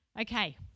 Okay